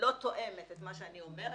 שלא תואמת את מה שאני אומרת.